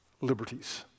liberties